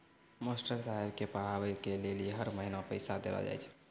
master साहेब के पढ़बै के लेली हर महीना पैसा देलो जाय छै